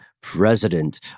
president